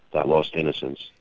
that lost innocent.